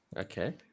Okay